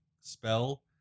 spell